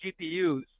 GPUs